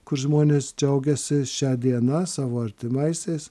kur žmonės džiaugiasi šia diena savo artimaisiais